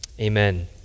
amen